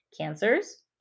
cancers